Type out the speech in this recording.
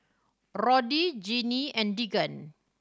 Roddy Genie and Deegan